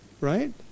right